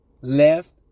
left